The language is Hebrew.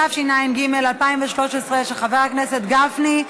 התשע"ג 2013, של חבר הכנסת גפני.